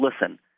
listen